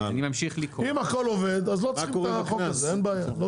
אם הכל עובד אז לא צריכים את החוק הזה אין בעיה.